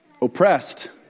oppressed